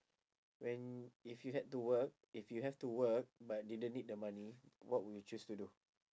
when if you had to work if you have to work but didn't need the money what would you choose to do